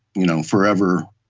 you know, forever,